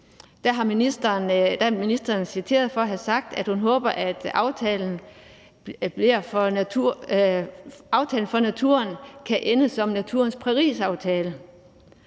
ministeren citeret for at have sagt, at hun håber, at aftalen for naturen kan ende som naturens Parisaftale.